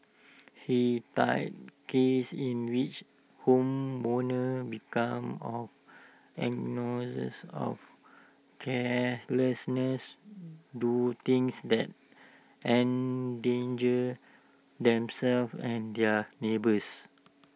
he cited cases in which homeowners become of ignorance or carelessness do things that endanger themselves and their neighbours